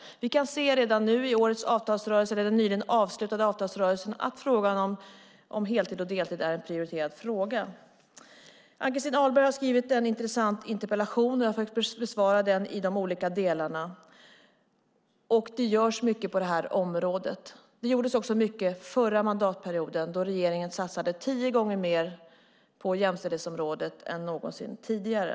Vi kan redan nu se i den nyligen avslutade avtalsrörelsen för i år att frågan om heltid och deltid är en prioriterad fråga. Ann-Christin Ahlberg har skrivit en intressant interpellation. Jag har försökt besvara den i de olika delarna. Det görs mycket på det här området. Det gjordes också mycket förra mandatperioden, då regeringen satsade tio gånger mer på jämställdhetsområdet än någonsin tidigare.